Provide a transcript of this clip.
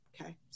Okay